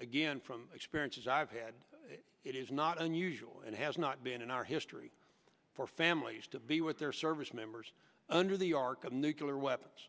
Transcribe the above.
again from experiences i've had it is not unusual and has not been in our history for families to be with their service members under the arc of nucular weapons